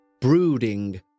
brooding